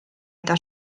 eta